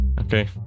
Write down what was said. Okay